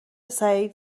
سعید